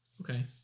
Okay